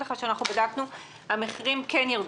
לך שאנחנו בדקנו המחירים כן ירדו,